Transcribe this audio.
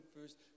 first